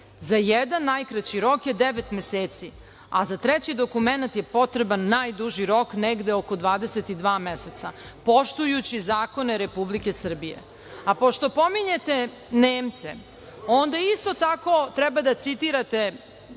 jedan, najkraći rok je devet meseci, a za treći dokument je potreban najduži rok, negde oko 22 meseca, poštujući zakone Republike Srbije, a pošto pominjete Nemce, onda isto tako treba da citirate